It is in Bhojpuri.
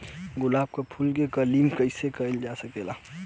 गुलाब क फूल के कलमी कैसे करल जा सकेला?